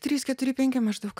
trys keturi penki maždaug